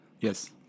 Yes